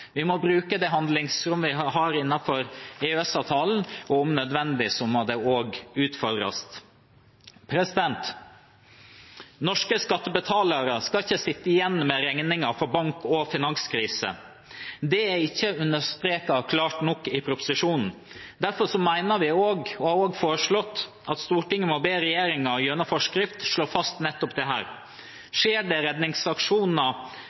Vi må bruke det handlingsrommet vi har innenfor EØS-avtalen, og om nødvendig må det også utfordres. Norske skattebetalere skal ikke sitte igjen med regningen for bank- og finanskrise. Det er ikke understreket klart nok i proposisjonen. Derfor mener vi også – og har foreslått – at Stortinget må be regjeringen gjennom forskrift slå fast nettopp dette. Skjer det redningsaksjoner